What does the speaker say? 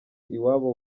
iwabo